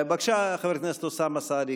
בבקשה, חבר הכנסת אוסאמה סעדי.